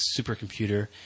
supercomputer –